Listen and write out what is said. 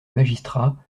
magistrat